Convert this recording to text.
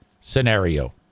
scenario